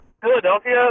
Philadelphia